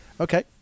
Okay